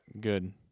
good